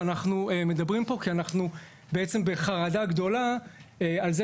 ואנחנו מדברים פה כי אנחנו בעצם בחרדה גדולה על זה